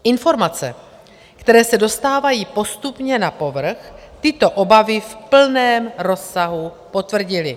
Informace, které se dostávají postupně na povrch, tyto obavy v plném rozsahu potvrdily.